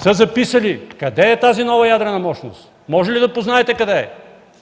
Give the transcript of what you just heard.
са записали къде е тази нова ядрена мощност. Можете ли да познаете къде е?